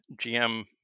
GM